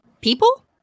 people